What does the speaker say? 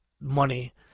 money